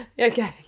okay